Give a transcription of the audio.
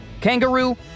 Kangaroo